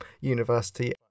university